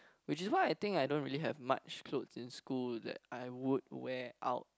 which is why I think I don't really have much clothes in school that I would wear out